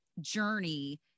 journey